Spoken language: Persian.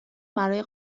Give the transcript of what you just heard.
برای